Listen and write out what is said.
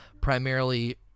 primarily